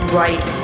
right